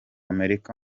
amerika